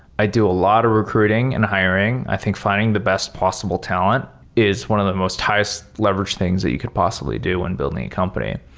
i do a lot of recruiting and hiring. i think finding the best possible talent is one of the most highest leveraged things that you could possibly do when building a company.